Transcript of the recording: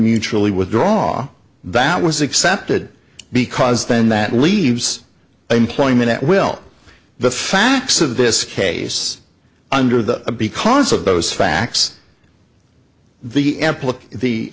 mutually withdraw that was accepted because then that leaves employment at will the facts of this case under the because of those facts the